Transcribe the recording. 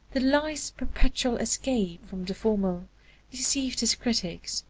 the lithe perpetual escape from the formal deceived his critics,